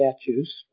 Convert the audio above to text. statues